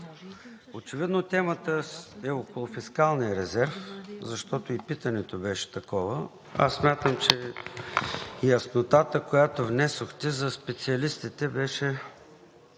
Очевидно темата е около фискалния резерв, защото и питането беше такова. Аз смятам, че яснотата, която внесохте за специалистите беше